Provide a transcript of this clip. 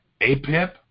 APIP